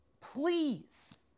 Please